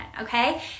okay